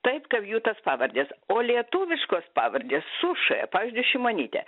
taip kaip jų tos pavardės o lietuviškos pavardės su šė pavyzdžiui šimonytė